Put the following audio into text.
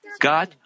God